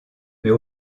mais